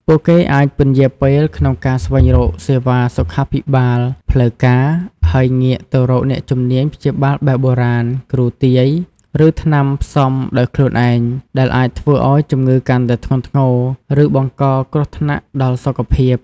ពួកគេអាចពន្យារពេលក្នុងការស្វែងរកសេវាសុខាភិបាលផ្លូវការ ហើយងាកទៅរកអ្នកជំនាញព្យាបាលបែបបុរាណ គ្រូទាយ ឬថ្នាំផ្សំដោយខ្លួនឯង ដែលអាចធ្វើឱ្យជំងឺកាន់តែធ្ងន់ធ្ងរ ឬបង្កគ្រោះថ្នាក់ដល់សុខភាព។